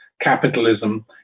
capitalism